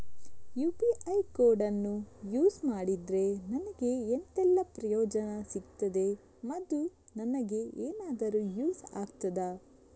UPI ಕೋಡನ್ನು use ಮಾಡಿದ್ರೆ ನನಗೆ ಎಂಥೆಲ್ಲಾ ಪ್ರಯೋಜನ ಸಿಗ್ತದೆ, ಅದು ನನಗೆ ಎನಾದರೂ ಯೂಸ್ ಆಗ್ತದಾ?